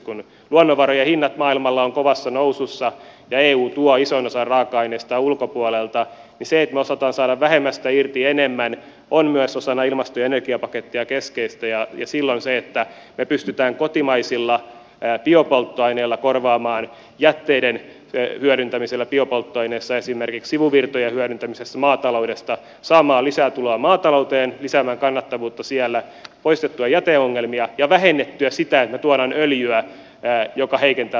kun luonnonvarojen hinnat maailmalla ovat kovassa nousussa ja eu tuo ison osan raaka aineistaan ulkopuolelta niin se että me osaamme saada vähemmästä irti enemmän on myös osana ilmasto ja energiapakettia keskeistä ja silloin me pystymme kotimaisilla biopolttoaineilla jätteiden hyödyntämisellä biopolttoaineissa esimerkiksi sivuvirtojen hyödyntämisellä maataloudesta saamaan lisää tuloa maatalouteen lisäämään kannattavuutta siellä poistamaan jäteongelmia ja vähentämään sitä että me tuomme öljyä joka heikentää meidän vaihtotasettamme